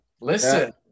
listen